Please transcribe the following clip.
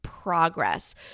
progress